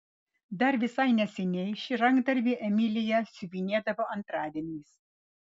dar visai neseniai šį rankdarbį emilija siuvinėdavo antradieniais